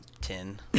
ten